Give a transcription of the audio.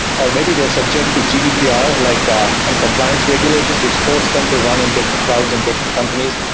or maybe they're subject to gdpr like ah and compliance regulations, which forced them to run in different clouds and different companies,